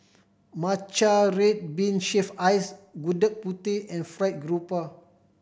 matcha red bean shaved ice Gudeg Putih and fried grouper